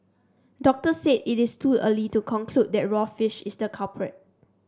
doctor said it is too early to conclude that raw fish is the culprit